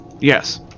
yes